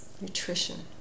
nutrition